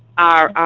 are